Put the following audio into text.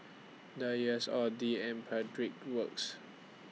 Dreyers Audi and Pedal Works